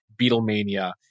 Beatlemania